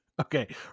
Okay